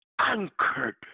anchored